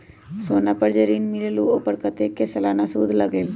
सोना पर जे ऋन मिलेलु ओपर कतेक के सालाना सुद लगेल?